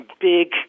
big